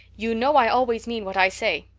you know i always mean what i say.